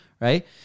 right